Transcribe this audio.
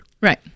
Right